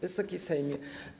Wysoki Sejmie!